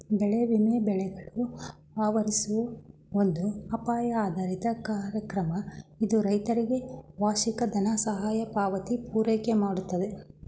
ಬೆಳೆ ವಿಮೆ ಬೆಳೆಗಳು ಆವರಿಸುವ ಒಂದು ಅಪಾಯ ಆಧಾರಿತ ಕಾರ್ಯಕ್ರಮ ಇದು ರೈತರಿಗೆ ವಾರ್ಷಿಕ ದನಸಹಾಯ ಪಾವತಿ ಪೂರೈಕೆಮಾಡ್ತದೆ